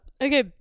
Okay